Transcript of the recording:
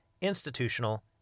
institutional